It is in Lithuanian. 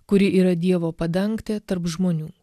kuri yra dievo padangtė tarp žmonių